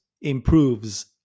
improves